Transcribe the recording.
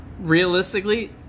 realistically